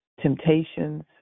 temptations